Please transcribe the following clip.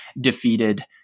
defeated